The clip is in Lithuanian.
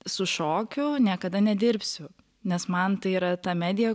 su šokiu niekada nedirbsiu nes man tai yra ta medija